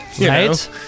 right